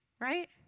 right